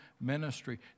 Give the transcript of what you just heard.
ministry